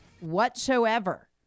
whatsoever